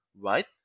right